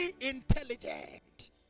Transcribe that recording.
intelligent